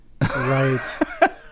right